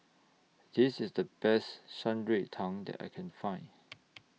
This IS The Best Shan Rui Tang that I Can Find